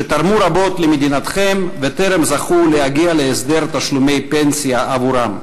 שתרמו רבות למדינתכם וטרם זכו להגיע להסדר תשלומי פנסיה עבורם.